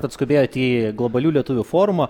atskubėjot į globalių lietuvių forumą